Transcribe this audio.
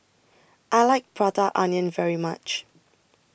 I like Prata Onion very much